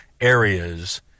areas